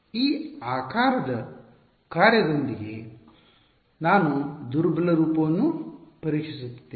ಈ ಆಕಾರದ ಕಾರ್ಯದೊಂದಿಗೆ ನಾನು ದುರ್ಬಲ ರೂಪವನ್ನು ಪರೀಕ್ಷಿಸುತ್ತಿದ್ದೇನೆ